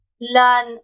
learn